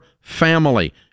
family